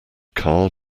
car